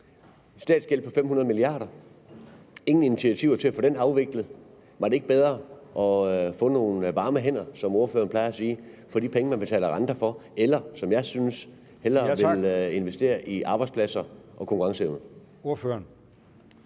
statsgæld på 500 mia. kr., ingen initiativer til at få den afviklet – var det ikke bedre at få nogle varme hænder, som ordføreren plejer at sige, for de penge, man betaler i rente, eller, som jeg synes, hellere investere i arbejdspladser og konkurrenceevne?